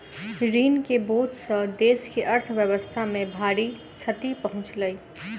ऋण के बोझ सॅ देस के अर्थव्यवस्था के भारी क्षति पहुँचलै